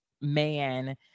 man